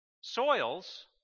soils